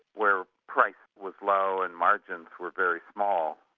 where price was low and margins were very small.